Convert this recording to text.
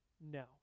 No